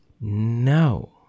no